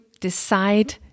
decide